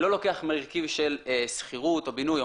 לא לוקח מרכיב של שכירות או בינוי,